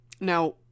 Now